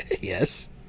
Yes